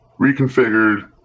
reconfigured